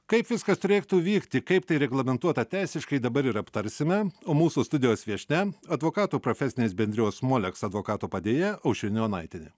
kaip viskas turėtų vykti kaip tai reglamentuota teisiškai dabar ir aptarsime o mūsų studijos viešnia advokatų profesinės bendrijos moleks advokato padėjėja aušrinė onaitienė